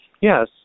Yes